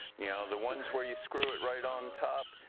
you know, the ones where you screw it right on top,